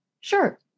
sure